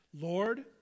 Lord